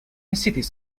cities